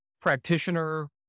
practitioner